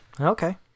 Okay